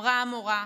אמרה המורה: